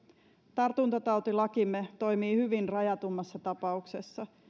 tartuntatautilakimme toimii hyvin rajatummassa tapauksessa